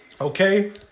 Okay